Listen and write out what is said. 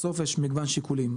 בסוף יש מגוון שיקולים,